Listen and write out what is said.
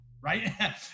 right